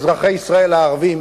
אזרחי ישראל הערבים